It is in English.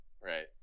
Right